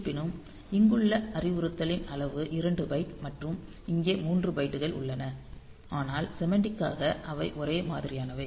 இருப்பினும் இங்குள்ள அறிவுறுத்தலின் அளவு 2 பைட் மற்றும் இங்கே மூன்று பைட்டுகள் உள்ளன ஆனால் செமண்டிக்காக அவை ஒரே மாதிரியானவை